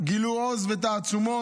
גילו עוז ותעצומות